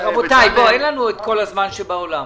אין לנו את כל הזמן שבעולם,